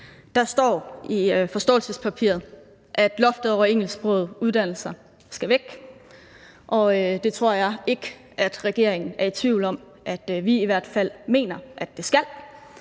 Der står i forståelsespapiret, at loftet over engelsksprogede uddannelser skal væk, og det jeg tror ikke regeringen er i tvivl om at vi i hvert fald mener at det skal.